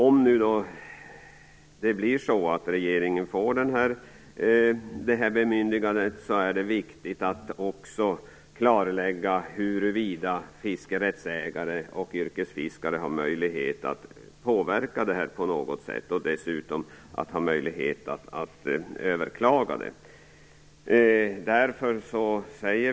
Om regeringen nu får detta bemyndigande är det viktigt att klarlägga huruvida fiskerättsägare och yrkesfiskare har möjlighet att på något sätt påverka besluten och att överklaga dem.